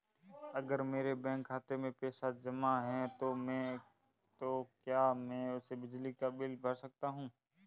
अगर मेरे बैंक खाते में पैसे जमा है तो क्या मैं उसे बिजली का बिल भर सकता हूं?